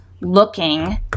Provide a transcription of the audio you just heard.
looking